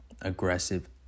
aggressive